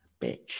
bitch